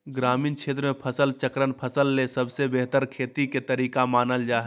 ग्रामीण क्षेत्र मे फसल चक्रण फसल ले सबसे बेहतरीन खेती के तरीका मानल जा हय